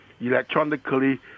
electronically